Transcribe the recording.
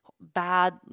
bad